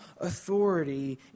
authority